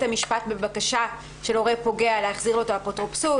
המשפט בבקשה של הורה פוגע להחזיר לו את האפוטרופסות.